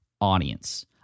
audience